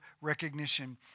recognition